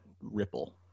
ripple